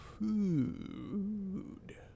food